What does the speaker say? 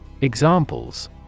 Examples